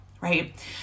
right